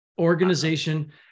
organization –